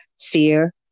fear